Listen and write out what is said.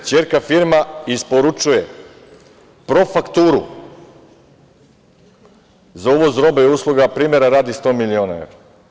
Ćerka firma isporučuje profakturu za uvoz robe i usluga, primera radi, sto miliona evra.